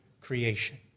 creation